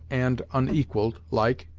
and unequalled, like.